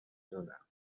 دونم